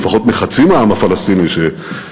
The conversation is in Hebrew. או לפחות עם חצי מהעם הפלסטיני שבידיו,